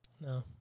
No